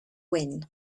win